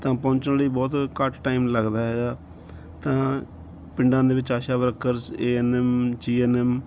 ਤਾਂ ਪਹੁੰਚਣ ਲਈ ਬਹੁਤ ਘੱਟ ਟਾਈਮ ਲੱਗਦਾ ਹੈਗਾ ਤਾਂ ਪਿੰਡਾਂ ਦੇ ਵਿੱਚ ASHA workers A N M G N M